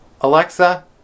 Alexa